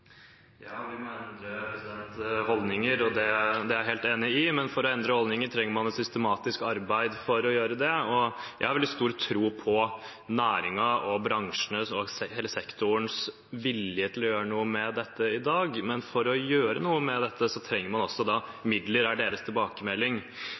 vi må endre holdninger, det er jeg helt enig i. Men for å endre holdninger trenger man et systematisk arbeid for å gjøre det. Jeg har veldig stor tro på næringen og bransjene og hele sektorens vilje til å gjøre noe med dette i dag. Men for å gjøre noe med dette trenger man